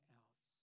else